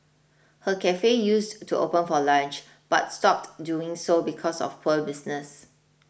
her cafe used to open for lunch but stopped doing so because of poor business